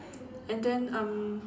and then um